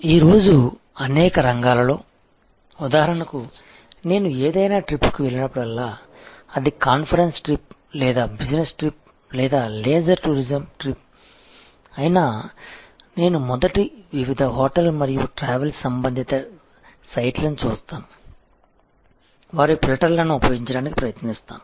ఈరోజు అనేక రంగాలలో ఉదాహరణకు నేను ఏదైనా ట్రిప్కు వెళ్లినప్పుడల్లా అది కాన్ఫరెన్స్ ట్రిప్ లేదా బిజినెస్ ట్రిప్ లేదా లీజర్ టూరిజం ట్రిప్ అయినా నేను మొదట వివిధ హోటల్ మరియు ట్రావెల్ సంబంధిత సైట్లను చూస్తాను వారి ఫిల్టర్లను ఉపయోగించడానికి ప్రయత్నిస్తాను